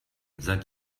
seit